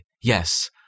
yes